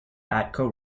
atco